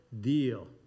deal